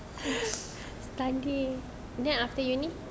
study then after uni